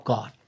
God